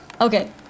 Okay